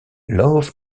love